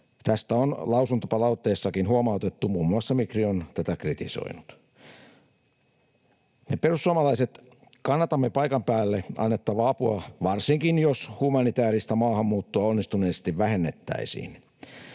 Tästä on lausuntopalautteessakin huomautettu, muun muassa Migri on tätä kritisoinut. Me perussuomalaiset kannatamme paikan päälle annettavaa apua varsinkin, jos humanitääristä maahanmuuttoa onnistuneesti vähennettäisiin.